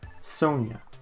Sonia